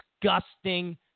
disgusting